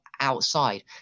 outside